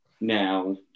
now